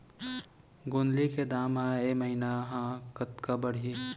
गोंदली के दाम ह ऐ महीना ह कतका बढ़ही?